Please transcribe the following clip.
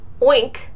oink